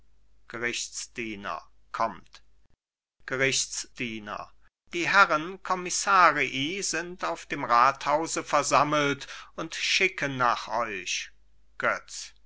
gerichtsdiener die herren kommissarii sind auf dem rathause versammelt und schicken nach euch götz